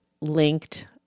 linked